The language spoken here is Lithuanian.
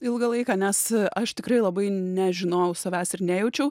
ilgą laiką nes aš tikrai labai nežinojau savęs ir nejaučiau